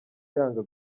yanga